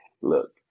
Look